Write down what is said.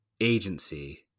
agency